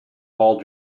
ball